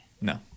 No